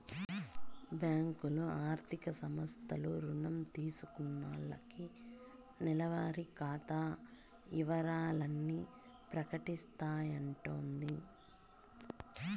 బ్యాంకులు, ఆర్థిక సంస్థలు రుణం తీసుకున్నాల్లకి నెలవారి ఖాతా ఇవరాల్ని ప్రకటిస్తాయంటోది